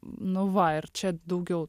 nu va ir čia daugiau